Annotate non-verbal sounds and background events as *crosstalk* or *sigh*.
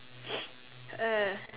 *noise* uh